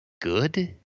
good